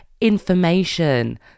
information